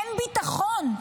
אין ביטחון,